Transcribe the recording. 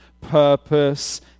purpose